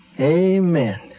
Amen